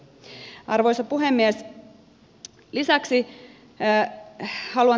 arvoisa puhemies